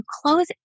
close